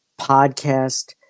podcast